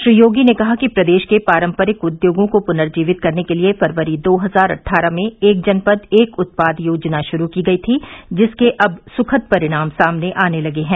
श्री योगी ने कहा कि प्रदेश के पारंपरिक उद्योगों को प्नर्जीवित करने के लिए फरवरी दो हजार अट्ठारह में एक जनपद एक उत्पाद योजना शुरू की गयी थी जिसके अब सुखद परिणाम सामने आने लगे हैं